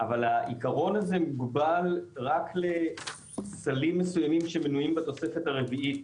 אבל העיקרון הזה מוגבל רק לסלים מסוימים שמנויים בתוספת הרביעית.